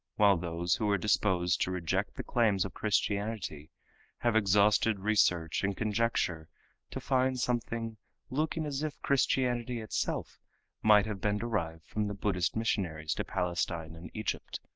while those who were disposed to reject the claims of christianity have exhausted research and conjecture to find something looking as if christianity itself might have been derived from the buddhist missionaries to palestine and egypt,